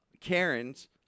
Karen's